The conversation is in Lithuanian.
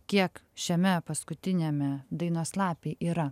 kiek šiame paskutiniame dainos lapei yra